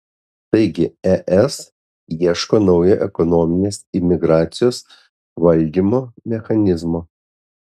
taigi es ieško naujo ekonominės imigracijos valdymo mechanizmo